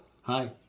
Hi